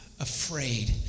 afraid